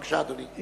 בבקשה, אדוני.